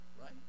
right